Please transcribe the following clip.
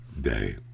day